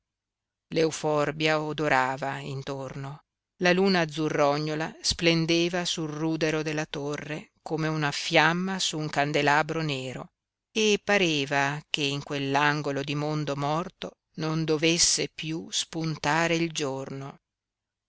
l'euforbia odorava intorno la luna azzurrognola splendeva sul rudero della torre come una fiamma su un candelabro nero e pareva che in quell'angolo di mondo morto non dovesse piú spuntare il giorno